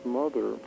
mother